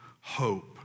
hope